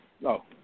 No